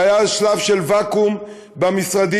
והיה שלב של ואקום במשרדים.